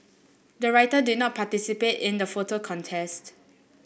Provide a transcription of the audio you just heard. the writer did not participate in the photo contest